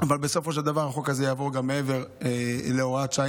אבל בסופו של דבר החוק הזה יעבור גם מעבר להוראת שעה,